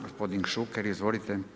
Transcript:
Gospodin Šuker, izvolite.